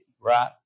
right